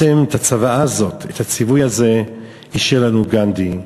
את הצוואה הזאת, את הציווי הזה, השאיר לנו גנדי.